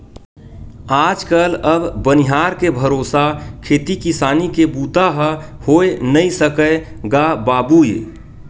आज कल अब बनिहार के भरोसा खेती किसानी के बूता ह होय नइ सकय गा बाबूय